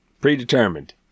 predetermined